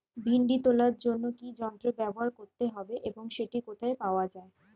ভিন্ডি তোলার জন্য কি যন্ত্র ব্যবহার করতে হবে এবং সেটি কোথায় পাওয়া যায়?